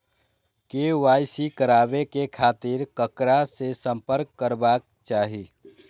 KYC कराबे के खातिर ककरा से संपर्क करबाक चाही?